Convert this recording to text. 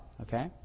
Okay